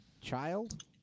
child